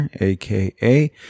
aka